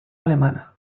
alemana